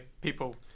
people